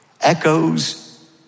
echoes